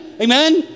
Amen